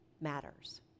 matters